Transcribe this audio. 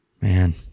man